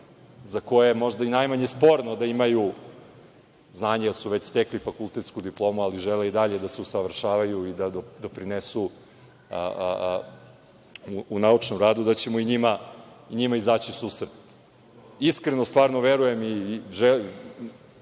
za koje je možda i najmanje sporno da imaju znanje, jer su već stekli fakultetsku diplomu, ali žele i dalje da se usavršavaju i da doprinesu u naučnom radu, da ćemo i njima izaći u susret. Iskreno stvarno verujem i želim